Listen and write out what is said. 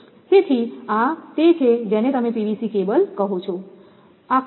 તેથી આ તે છે જેને તમે PVC કેબલ કહો છો